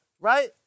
right